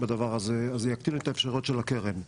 בדבר הזה אז זה יגדיל את האפשרויות של הקרן.